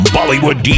Bollywood